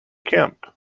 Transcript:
camp